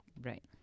Right